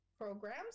programs